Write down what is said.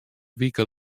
wike